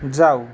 जाऊ